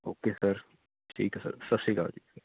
okay sir ਠੀਕ ਹੈ sir ਸਤਿ ਸ਼੍ਰੀ ਅਕਾਲ ਜੀ